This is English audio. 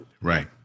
Right